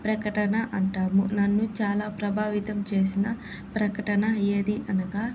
ప్రకటన అంటాము నన్ను చాలా ప్రభావితం చేసిన ప్రకటన ఏది అనగా